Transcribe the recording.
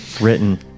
written